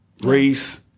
race